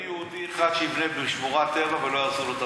אין יהודי אחד שיבנה בתוך שמורת טבע ולא יהרסו לו.